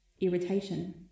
Irritation